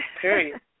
Period